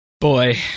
Boy